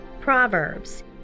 Proverbs